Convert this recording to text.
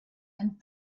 and